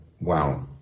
wow